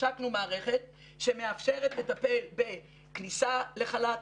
השקנו מערכת שמאפשרת לטפל בכניסה לחל"ת,